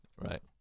Right